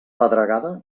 pedregada